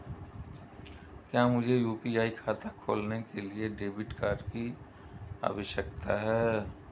क्या मुझे यू.पी.आई खाता खोलने के लिए डेबिट कार्ड की आवश्यकता है?